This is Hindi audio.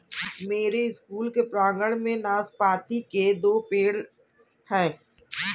मेरे स्कूल के प्रांगण में नाशपाती के दो पेड़ हैं